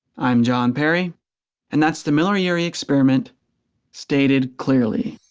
i'm jon perry and that's the miller-urey experiment stated clearly!